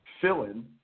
fill-in